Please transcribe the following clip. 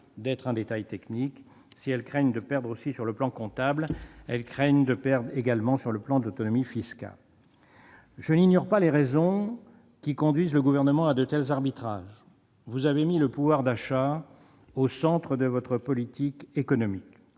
d'être un détail technique. Si elles craignent de perdre sur le plan comptable, elles redoutent également de perdre sur le plan de l'autonomie fiscale. Je n'ignore pas les raisons qui conduisent le Gouvernement à de tels arbitrages. Vous avez mis le pouvoir d'achat au centre de votre politique économique,